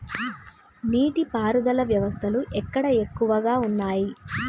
నీటి పారుదల వ్యవస్థలు ఎక్కడ ఎక్కువగా ఉన్నాయి?